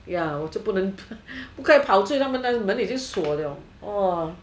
ya 我就不能跑去他们的门已经锁了了 !wah!